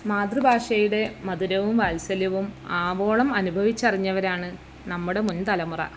മാതൃഭാഷയുടെ മധുരവും വാത്സല്യവും ആവോളം അനുഭവിച്ചറിഞ്ഞവരാണ് നമ്മുടെ മുൻ തലമുറ